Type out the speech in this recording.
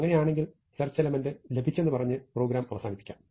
അങ്ങനെയാണെങ്കിൽ search element ലഭിച്ചെന്നുപറഞ്ഞു program അവസാനിപ്പിക്കാം